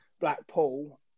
Blackpool